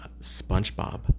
SpongeBob